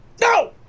No